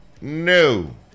no